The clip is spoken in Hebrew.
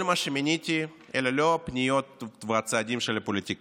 כל מה שמניתי אלה לא פניות וצעדים של פוליטיקאים,